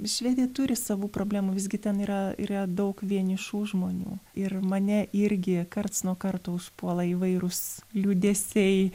švedija turi savų problemų visgi ten yra yra daug vienišų žmonių ir mane irgi karts nuo karto užpuola įvairūs liūdesiai